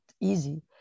easy